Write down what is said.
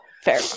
Fair